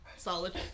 Solid